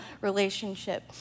relationship